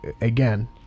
again